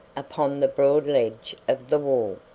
upon the broad ledge of the wall.